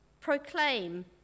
proclaim